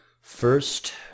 First